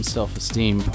Self-Esteem